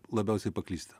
labiausiai paklysti